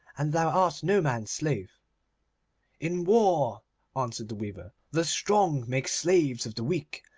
and thou art no man's slave in war answered the weaver, the strong make slaves of the weak,